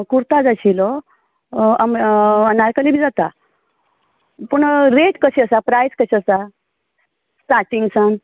कुर्ता जाय आशिल्लो अनारकली बी जाता पूण रेट कशीं आसा प्रायस कशीं आसा स्टार्टिंग सान